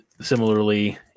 similarly